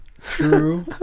True